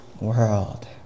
world